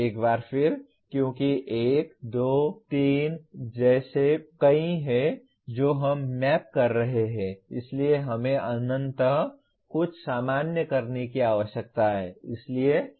एक बार फिर क्योंकि 1 2 3 जैसे कई हैं जो हम मैप कर रहे हैं इसलिए हमें अंततः कुछ सामान्य करने की आवश्यकता है